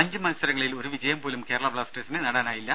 അഞ്ച് മത്സരങ്ങളിൽ ഒരു വിജയം പോലും കേരള ബ്ലാസ്റ്റേഴ്സിന് നേടാനായില്ല